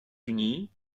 unis